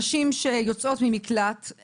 נשים שיוצאות ממקלט לנשים מוכות,